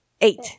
Eight